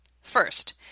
First